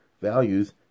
values